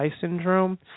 syndrome